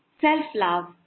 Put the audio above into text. self-love